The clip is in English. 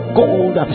gold